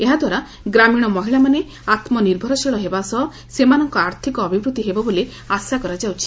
ଏହାଦ୍ୱାରା ଗ୍ରାମୀଶ ମହିଳାମାନେ ଆତ୍କନିର୍ଭରଶୀଳ ହେବା ସହ ସେମାନଙ୍କ ଆର୍ଥକ ଅଭିବୃଦ୍ଧି ହେବ ବୋଲି ଆଶା କରାଯାଉଛି